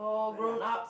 very lucky